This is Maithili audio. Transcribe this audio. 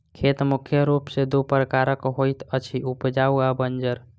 खेत मुख्य रूप सॅ दू प्रकारक होइत अछि, उपजाउ आ बंजर